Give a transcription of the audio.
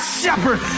shepherd